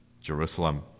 Jerusalem